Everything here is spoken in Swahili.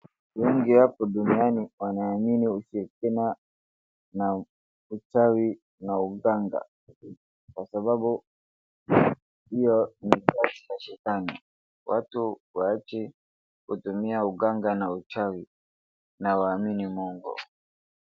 Wengi hapa duniani wanaamini ushirikina na uchawi na uganga. Kwa sababu hiyo ni kazi ya shetani. Watu waache kutumia uganga na uchawi na waamini Mungu.